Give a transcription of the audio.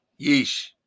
Yeesh